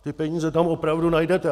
Ty peníze tam opravdu najdete.